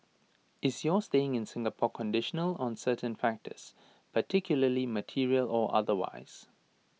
is your staying in Singapore conditional on certain factors particularly material or otherwise